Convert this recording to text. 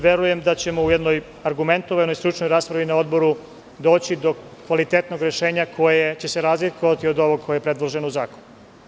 Verujem da ćemo u jednoj argumentovanoj stručnoj raspravi na Odboru doći do kvalitetnog rešenja koje će se razlikovati od ovog koje je predloženo u zakonu.